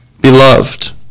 beloved